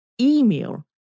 email